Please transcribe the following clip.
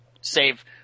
save